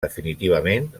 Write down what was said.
definitivament